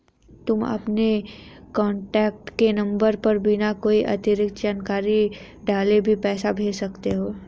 तुम अपने कॉन्टैक्ट के नंबर पर बिना कोई अतिरिक्त जानकारी डाले भी पैसे भेज सकते हो